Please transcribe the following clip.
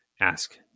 ask